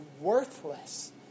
worthless